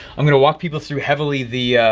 i'm gonna walk people through heavily the